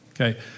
okay